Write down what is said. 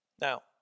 Now